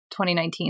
2019